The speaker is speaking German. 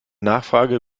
nachfrage